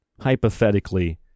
hypothetically